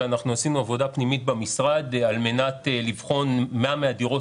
אנחנו עשינו עבודה פנימית במשרד על מנת לבחון מה מהדירות